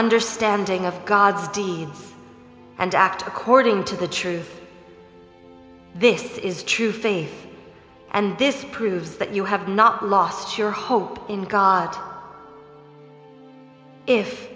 understanding of god's deeds and act according to the truth this is true faith and this proves that you have not lost your hope in god if